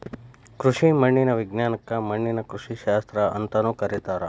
ಕೃಷಿ ಮಣ್ಣಿನ ವಿಜ್ಞಾನಕ್ಕ ಮಣ್ಣಿನ ಕೃಷಿಶಾಸ್ತ್ರ ಅಂತಾನೂ ಕರೇತಾರ